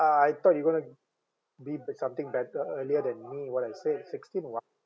ah I thought you going to beep with something better earlier than me what I said sixteen what